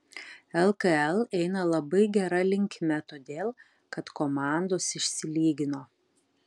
lkl eina labai gera linkme todėl kad komandos išsilygino